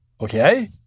okay